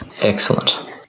excellent